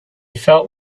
felt